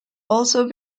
also